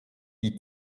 die